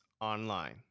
online